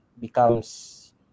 becomes